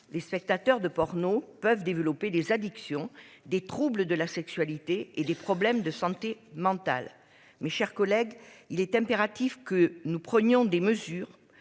les spectateurs de porno peuvent développer des addictions, des troubles de la sexualité et des problèmes de santé mentale. Mes chers collègues. Il est impératif que nous prenions des mesures